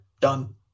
done